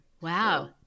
Wow